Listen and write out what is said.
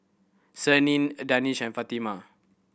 Senin a Danish and Fatimah